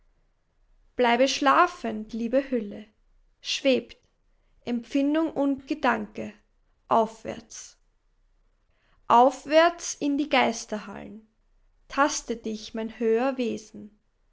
bleibe schlafend liebe hülle schwebt empfindung und gedanke aufwärts aufwärts in die geisterhallen taste dich mein höher wesen